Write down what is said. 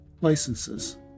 licenses